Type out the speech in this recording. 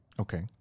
Okay